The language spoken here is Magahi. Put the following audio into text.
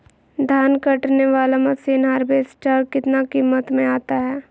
धान कटने बाला मसीन हार्बेस्टार कितना किमत में आता है?